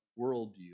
worldview